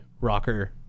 rocker